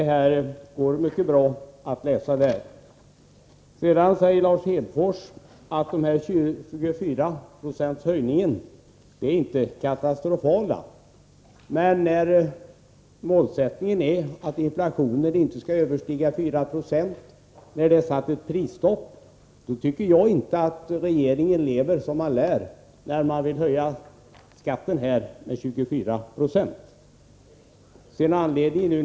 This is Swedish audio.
Det går mycket bra att läsa där. Lars Hedfors säger också att höjningen med 24 90 inte är katastrofal. Men när målsättningen är att inflationen inte skall överstiga 4 70 och när prisstopp införts, så tycker jag inte att regeringen lever som den lär, då den vill höja dessa skatter med 24 96.